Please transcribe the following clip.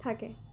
থাকে